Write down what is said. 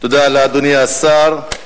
תודה לאדוני השר.